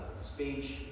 speech